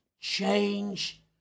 change